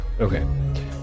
Okay